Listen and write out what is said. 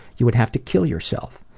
you would have to kill yourself.